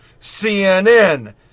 CNN